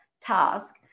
task